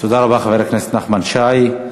חבר הכנסת נחמן שי.